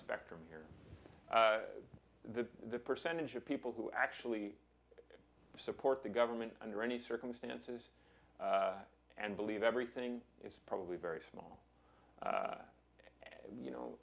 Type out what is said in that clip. spectrum here the percentage of people who actually support the government under any circumstances and believe everything is probably very small and you know